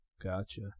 Gotcha